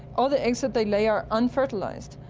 all the eggs that they lay are unfertilised.